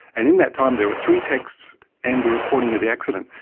and in that time there were three texts and the reporting of the accident.